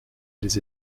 les